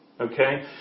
Okay